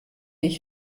ich